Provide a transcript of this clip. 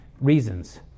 reasons